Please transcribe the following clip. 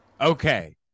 okay